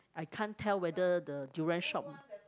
I can't tell whether the durian shop